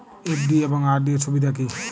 FD এবং RD এর সুবিধা কী?